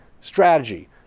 strategy